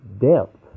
depth